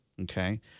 Okay